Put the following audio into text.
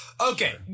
Okay